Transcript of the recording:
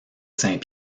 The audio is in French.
saint